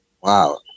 Wow